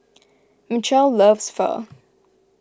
Mitchel loves Pho